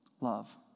Love